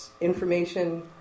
information